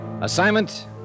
Assignment